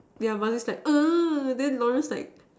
yeah Mazrif's like then Lawrence like